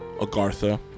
Agartha